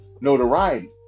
notoriety